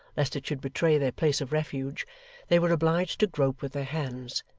lest it should betray their place of refuge they were obliged to grope with their hands.